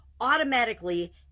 automatically